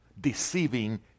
deceiving